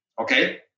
okay